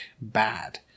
bad